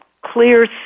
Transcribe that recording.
clear